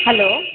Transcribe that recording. hello